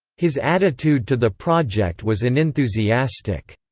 his attitude to the project was unenthusiastic.